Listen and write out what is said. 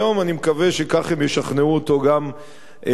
מקווה שכך הם ישכנעו אותו גם בעתיד.